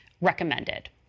recommended